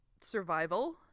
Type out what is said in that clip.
survival